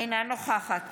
אינה נוכחת